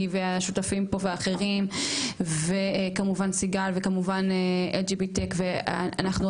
והשותפים פה ואחרים וכמובן סיגל וכמובן LGBTECH ואנחנו,